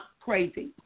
crazy